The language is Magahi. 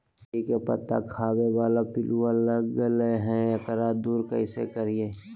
भिंडी के पत्ता खाए बाला पिलुवा लग गेलै हैं, एकरा दूर कैसे करियय?